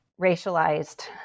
racialized